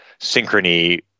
synchrony